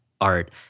art